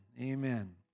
Amen